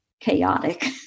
chaotic